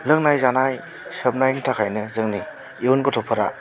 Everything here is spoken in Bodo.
लोंनाय जानाय सोबनायनि थाखायनो जोंनि इयुन गथ'फोरा